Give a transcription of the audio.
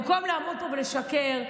במקום לעמוד פה ולשקר,